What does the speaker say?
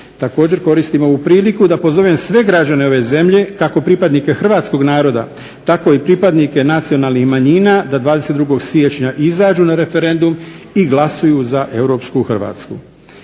Također koristim ovu priliku da pozovem sve građane ove zemlje, kako pripadnike hrvatskog naroda tako i pripadnike nacionalnih manjina, da 22. siječnja izađu na referendum i glasuju za europsku Hrvatsku.